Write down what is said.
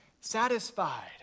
Satisfied